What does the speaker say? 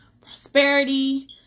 prosperity